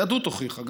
היהדות הוכיחה,